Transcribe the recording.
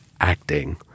acting